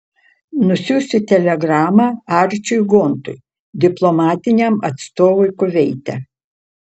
nusiųsiu telegramą arčiui gontui diplomatiniam atstovui kuveite